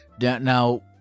Now